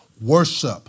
worship